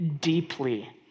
deeply